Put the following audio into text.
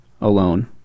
alone